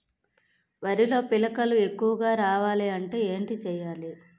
వరిలో పిలకలు ఎక్కువుగా రావాలి అంటే ఏంటి చేయాలి?